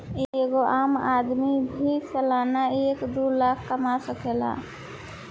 एगो आम आदमी भी सालाना एक दू लाख कमा सकेला